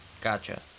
Gotcha